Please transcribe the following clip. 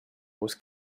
was